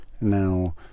Now